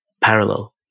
parallel